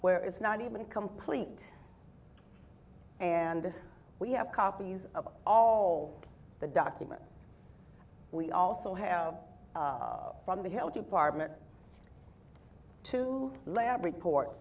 where it's not even complete and we have copies of all the documents we also have from the health department two lab reports